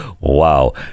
wow